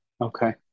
Okay